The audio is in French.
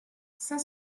cinq